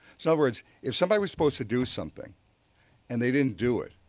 so words, if somebody were supposed to do something and they didn't do it,